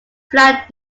flat